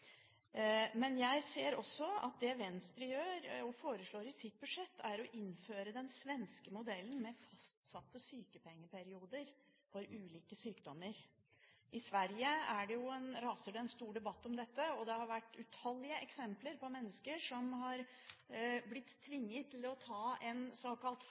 Men jeg ser også at det Venstre foreslår i sitt budsjett, er å innføre den svenske modellen med fastsatte sykepengeperioder for ulike sykdommer. I Sverige raser det jo en stor debatt om dette, og det har vært utallige eksempler på mennesker som har blitt tvunget til å ta en såkalt